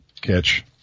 catch